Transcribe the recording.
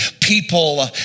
people